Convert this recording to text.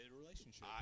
relationship